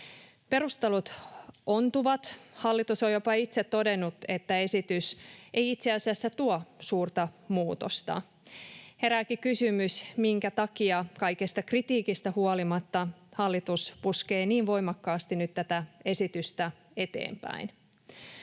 Perustelut ontuvat. Hallitus on jopa itse todennut, että esitys ei itse asiassa tuo suurta muutosta. Herääkin kysymys, minkä takia kaikesta kritiikistä huolimatta hallitus puskee niin voimakkaasti nyt tätä esitystä eteenpäin.